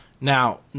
Now